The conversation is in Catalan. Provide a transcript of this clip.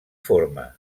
forma